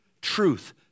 truth